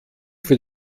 für